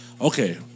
Okay